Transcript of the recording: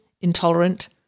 intolerant